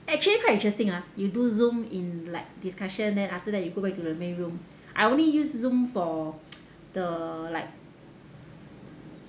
actually quite interesting ah you do zoom in like discussion then after that you go back to the main room I only use zoom for the like